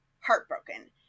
heartbroken